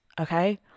okay